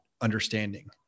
understanding